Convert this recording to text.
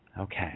okay